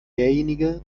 derjenige